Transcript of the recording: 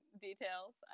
details